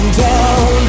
down